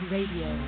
Radio